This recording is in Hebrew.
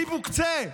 דיבוק, צא.